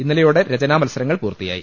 ഇന്നലെയോടെ രചനാ മത്സരങ്ങൾ പൂർത്തിയായി